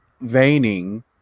veining